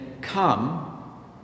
come